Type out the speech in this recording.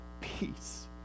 peace